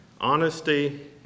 honesty